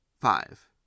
FIVE